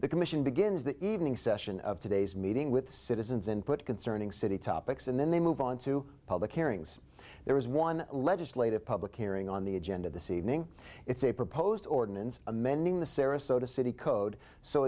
the commission begins the evening session of today's meeting with citizens input concerning city topics and then they move on to public hearings there was one legislative public hearing on the agenda this evening it's a proposed ordinance amending the sarasota city code so